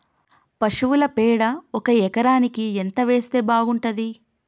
పశువుల పేడ ఒక ఎకరానికి ఎంత వేస్తే బాగుంటది?